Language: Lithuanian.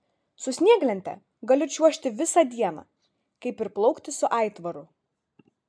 su snieglente galiu čiuožti visą dieną kaip ir plaukti su aitvaru